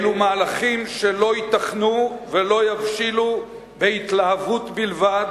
אלו מהלכים שלא ייתכנו ולא יבשילו בהתלהבות בלבד